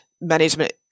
management